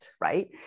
Right